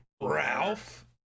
Ralph